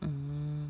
um